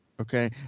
okay